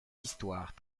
histoires